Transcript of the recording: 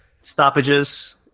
stoppages